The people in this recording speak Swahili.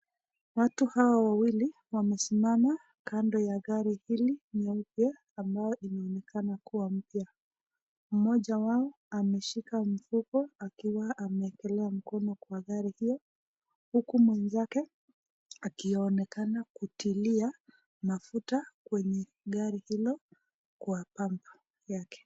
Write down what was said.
Watu hawa wawili wamesimama kando ya gari hili ambalo linaonekana kuwa mpya , Mmoja ameshika mfuko akiwa ameekelea mkono mmoja kwa gari hiyo, huku mwengine akionekana kutilia mafuta kwenye gari hilo kwa pamba yake.